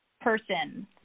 person